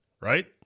Right